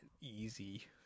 easy